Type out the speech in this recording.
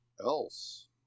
else